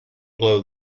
blow